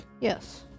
Yes